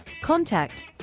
Contact